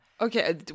Okay